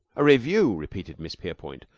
a revue, repeated miss verepoint,